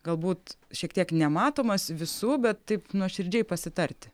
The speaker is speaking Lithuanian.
galbūt šiek tiek nematomas visų bet taip nuoširdžiai pasitarti